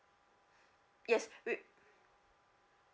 yes wi~